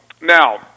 Now